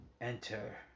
Enter